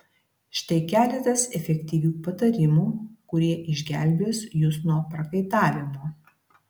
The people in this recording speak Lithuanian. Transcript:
štai keletas efektyvių patarimų kurie išgelbės jus nuo prakaitavimo